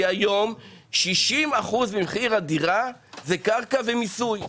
כי היום 60% ממחיר הדירה זה קרקע ומיסוי.